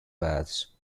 paths